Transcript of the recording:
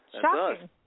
Shocking